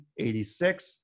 86